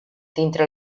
dintre